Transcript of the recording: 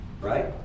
Right